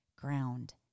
ground